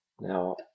Now